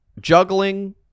juggling